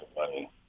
money